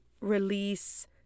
release